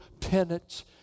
penance